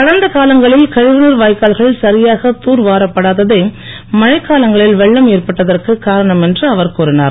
கடந்த காலங்களில் கழிவுநீர் வாய்க்கால்கள் சரியாக தூர் வாரப்படாததே மழைக் காலங்களில் வெள்ளம் ஏற்பட்டதற்கு காரணம் என்று அவர் கூறினார்